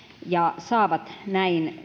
ja saavat näin